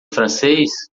francês